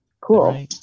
Cool